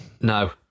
No